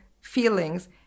feelings